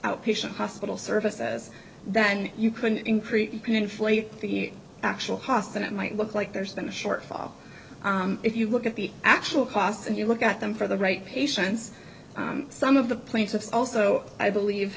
outpatient hospital services then you could increase inflate the actual hostin it might look like there's been a shortfall if you look at the actual costs and you look at them for the right patients some of the plaintiffs also i believe